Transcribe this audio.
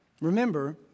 Remember